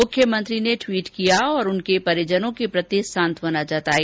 मुख्यमंत्री गहलोत ने ट्वीट किया और उनके परिजनों के प्रति सांत्वना जताई